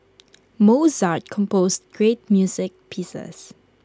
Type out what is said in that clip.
Mozart composed great music pieces